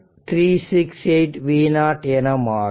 368 v0 என மாறும்